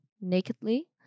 nakedly